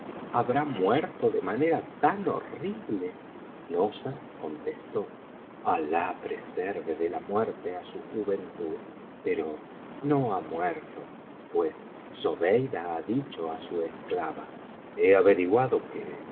habrá muerto de manera tan horrible nozha contestó alah preserve de la muerte á su juventud pero no ha muerto pues zobeida ha dicho á su esclava he averiguado que